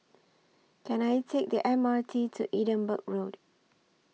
Can I Take The M R T to Edinburgh Road